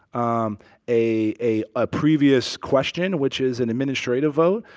um a a ah previous question which is an administrative vote,